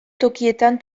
tokietan